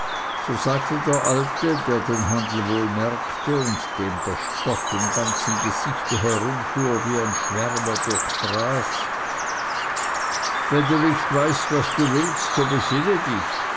so sagte der alte der den handel wohl merkte und dem der spott im ganzen gesichte herumfuhr wie ein schwärmer durchs gras wenn du nicht weißt was du willst so besinne dich